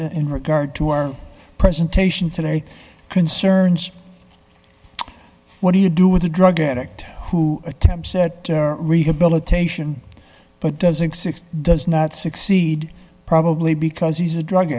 in regard to our presentation today concerns what do you do with a drug addict who attempts at rehabilitation but does exist does not succeed probably because he's a drug